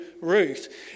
Ruth